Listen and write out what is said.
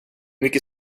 mycket